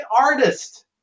artist